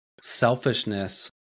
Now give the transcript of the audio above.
selfishness